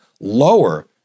lower